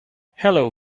hello